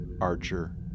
Archer